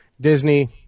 Disney